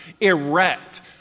erect